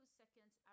seconds